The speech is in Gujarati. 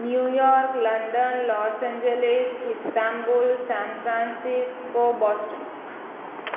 new York London Los Angeles Istanbul San Francisco Boston